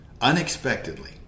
unexpectedly